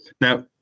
Now